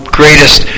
greatest